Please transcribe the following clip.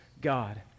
God